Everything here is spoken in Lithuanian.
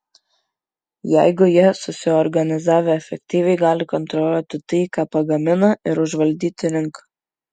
jeigu jie susiorganizavę efektyviai gali kontroliuoti tai ką pagamina ir užvaldyti rinką